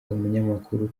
umunyamakuru